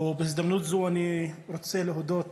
בהזדמנות זו אני רוצה להודות